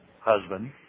husband